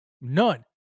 None